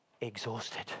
Exhausted